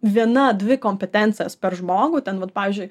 viena dvi kompetencijos per žmogų ten vat pavyzdžiui